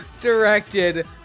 Directed